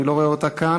אני לא רואה אותה כאן.